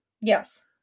yes